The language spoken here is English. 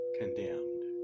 condemned